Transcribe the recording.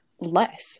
less